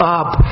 up